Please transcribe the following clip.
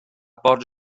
bod